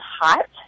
hot